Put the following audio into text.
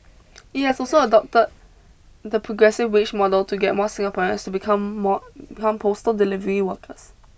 it has also adopted the progressive wage model to get more Singaporeans to become more become postal delivery workers